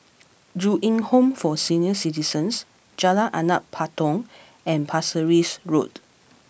Ju Eng Home for Senior Citizens Jalan Anak Patong and Pasir Ris Road